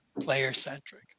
player-centric